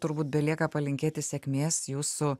turbūt belieka palinkėti sėkmės jūsų